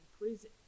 prison